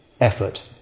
effort